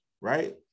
right